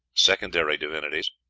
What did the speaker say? secondary divinities,